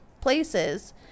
places